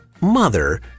Mother